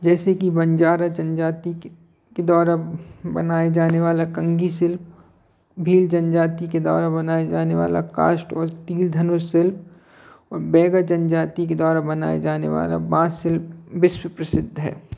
जैसे कि बंजारा जनजाति के के द्वारा बनाए जाने वाला कंगी शिल्प भील जनजाति के द्वारा बनाए जाने वाला काष्ट और तीर धनुष शिल्प और बेगा जनजाति के द्वारा बनाए जाने वाला बाँस सशिल्प विश्व प्रसिद्ध है